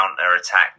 counter-attack